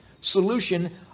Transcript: solution